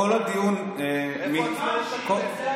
איפה עצמאות הכנסת?